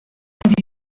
have